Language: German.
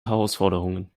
herausforderungen